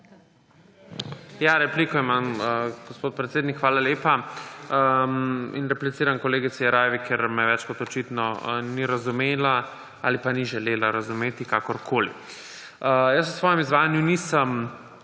Ja, repliko imam, gospod predsednik. Hvala lepa. Repliciram kolegici Jeraj, ker me več kot očitno ni razumela ali pa ni želela razumeti, kakorkoli. Jaz v svojem izvajanju nisem